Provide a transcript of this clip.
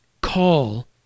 call